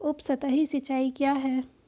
उपसतही सिंचाई क्या है?